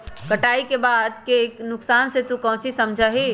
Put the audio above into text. कटाई के बाद के नुकसान से तू काउची समझा ही?